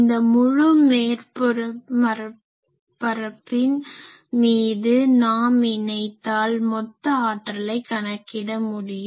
இந்த முழு மேற்பரப்பின் மீது நாம் இணைத்தால் மொத்த ஆற்றலை கணக்கிட முடியும்